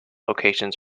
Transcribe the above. locations